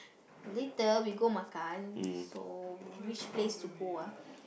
later we go makan so which place to go ah